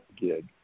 gig